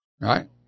right